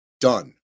done